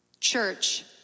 church